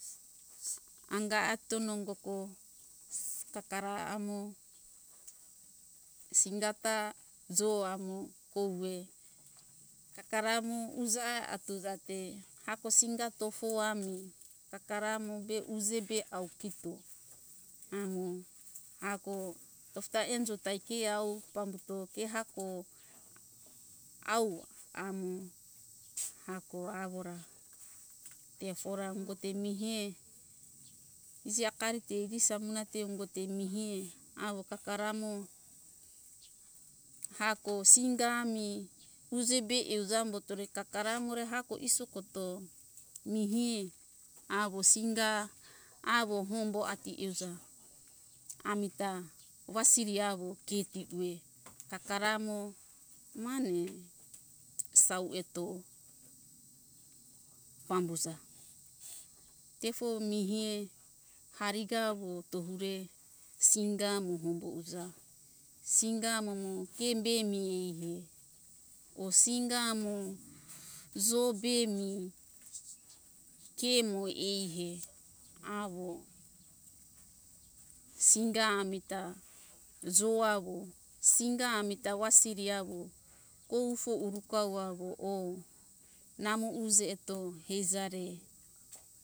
Anga ato nongo ko kakara amo singa ta jo amo kouwe kakara mo uja ai atujate ako singa tofo ami kakara amo be uje be au kito amo ako tofo ta enjo ta ke awo pambuto ke hako awo amo hako awora tefora ungote mihe iji akari te iji samunate ungo te mihe awo kakara mo hako singa ami uje be euja ambutore kakara amore hako isokoto mihie awo singa awo hombo ati iuja amita wasiri awo keti uwe kakara mo mane sau eto pambuza tefo mihie harigawo tohure singa mo hombo uja singa amo mo ke be mihehe or singa mo jo be mi ke mo eihe awo singa amita jo awo singa amita wasiri awo koufo urukawo awo or namo uje eto heiza re